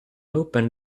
open